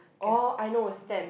orh I know stamp